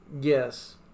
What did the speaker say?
Yes